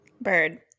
bird